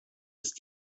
ist